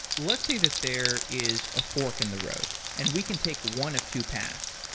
let's say that there is a fork in the road and we can take one of two paths,